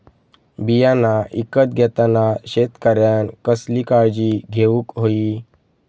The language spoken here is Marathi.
बियाणा ईकत घेताना शेतकऱ्यानं कसली काळजी घेऊक होई?